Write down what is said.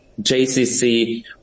JCC